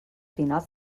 finals